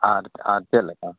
ᱟᱨ ᱟᱨ ᱪᱮᱫ ᱞᱮᱠᱟ